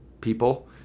people